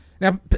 Now